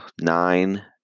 nine